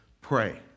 pray